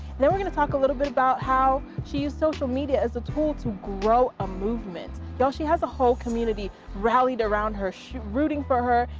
then we're gonna talk a little bit about how she used social media as a tool to grow a movement. y'all she has a whole community rallied around her, rooting for her,